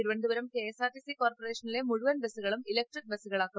Thiruvananthapuram KSRTC കോർപ്പറേഷനിലെ മുഴുവൻ ബസുകളും ഇലക്ട്രിക് ബസുകളാക്കും